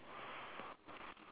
but wait